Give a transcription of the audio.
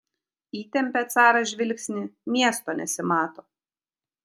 įtempia caras žvilgsnį miesto nesimato